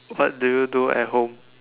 what do you do at home